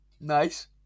Nice